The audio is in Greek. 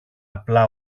απλά